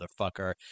motherfucker